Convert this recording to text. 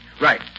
Right